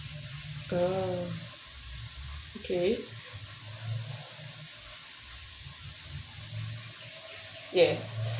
uh okay yes